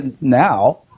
now